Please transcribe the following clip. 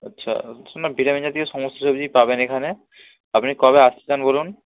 আচ্ছা না ভিটামিন জাতীয় সমস্ত সবজিই পাবেন এখানে আপনি কবে আসতে চান বলুন